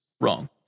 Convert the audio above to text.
wrong